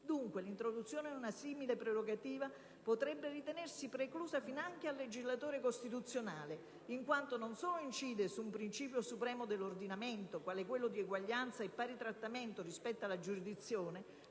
Dunque, l'introduzione di una simile prerogativa potrebbe ritenersi preclusa finanche al legislatore costituzionale, in quanto non solo incide su un principio supremo dell'ordinamento, quale quello di eguaglianza e pari trattamento rispetto alla giurisdizione